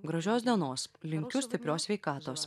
gražios dienos linkiu stiprios sveikatos